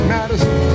Madison